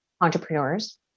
entrepreneurs